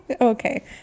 Okay